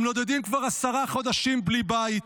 הם נודדים כבר עשרה חודשים בלי בית.